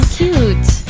cute